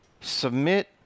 submit